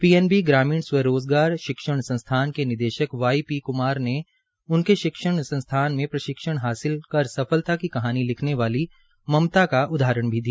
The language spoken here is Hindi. पीएनबी ग्रामीण स्वरोज़गार शिक्षण संस्थान के निदेशक वाई पी क्मार ने उनके शिक्षण में प्रशिक्षण हासिल कर सफलता की कहानी लिखने वाली ममता का उदाहरण दिया